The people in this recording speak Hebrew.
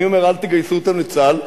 אני אומר: אל תגייסו אותן לצה"ל,